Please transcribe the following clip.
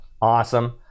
awesome